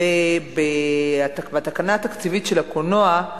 והתקנה התקציבית של הקולנוע,